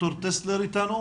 ד"ר טסלר אתנו?